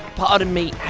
pardon me,